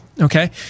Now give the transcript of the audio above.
okay